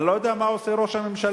אני לא יודע מה עושה ראש הממשלה,